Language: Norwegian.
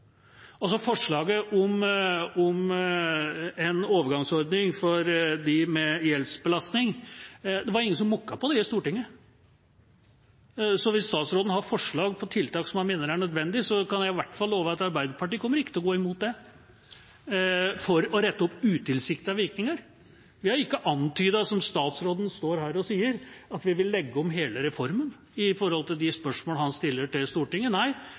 forslaget om en overgangsordning for dem med gjeldsbelastning var det ingen som mukket i Stortinget. Hvis statsråden har forslag til tiltak som han mener er nødvendige, kan jeg i hvert fall love at Arbeiderpartiet ikke kommer til å gå imot det for å rette opp utilsiktede virkninger. Vi har ikke antydet, som statsråden står her og sier, at vi vil legge om hele reformen i forhold til de spørsmål han stiller til Stortinget. Nei,